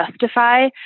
justify